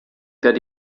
that